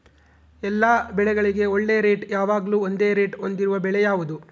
ಎಲ್ಲ ಬೆಳೆಗಳಿಗೆ ಒಳ್ಳೆ ರೇಟ್ ಯಾವಾಗ್ಲೂ ಒಂದೇ ರೇಟ್ ಹೊಂದಿರುವ ಬೆಳೆ ಯಾವುದು?